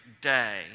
day